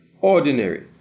ordinary